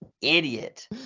Idiot